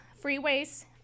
freeways